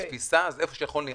איפה שיכולנו,